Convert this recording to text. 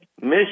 miss